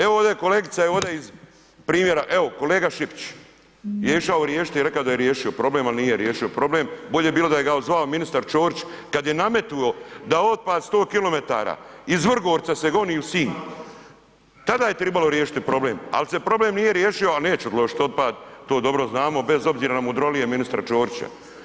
Evo ovdje kolegica je ovdje iz primjera, evo kolega Šipić je išao riješiti i rekao je da je riješio problem ali nije riješio problem, bolje bi bilo da ga je zvao ministar Ćorić kada je nametnuo da otpad 10 km iz Vrgorca se goni u Sinj, tada je trebalo riješiti problem ali se problem nije riješio ali neće odložiti otpad, to dobro znamo bez obzira na mudrolije ministra Ćorića.